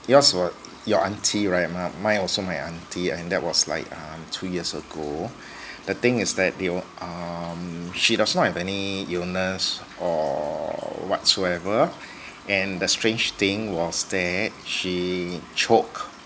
yours was your auntie right mi~ mine also my auntie and that was like um two years ago the thing is that they will um she does not have any illness or whatsoever and the strange thing was that she choke